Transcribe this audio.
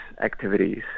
activities